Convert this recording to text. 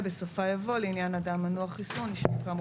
(2) בסופה יבוא "לעניין אדם מנוע חיסון אישור כאמור